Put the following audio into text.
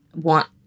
want